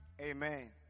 Amen